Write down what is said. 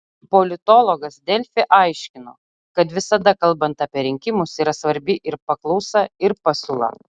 politologas delfi aiškino kad visada kalbant apie rinkimus yra svarbi ir paklausa ir pasiūla